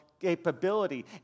capability